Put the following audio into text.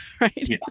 Right